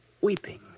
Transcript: weeping